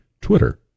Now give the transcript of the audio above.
Twitter